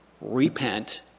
Repent